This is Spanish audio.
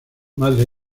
madre